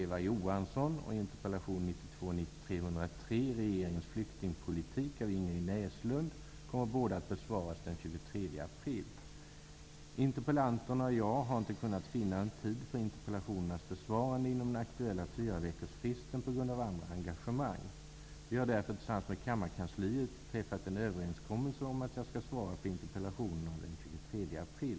Interpellation 1992/93:103 ''Regeringens flyktingpolitik'' av Ingrid Näslund kommer att besvaras den 23 april. Interpellanten och jag har inte kunnat finna en tid för interpellationens besvarande inom den aktuella Vi har därför tillsammans med kammarkansliet träffat en överenskommelse om att jag skall svara på interpellationen den 23 april.